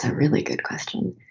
ah really good question.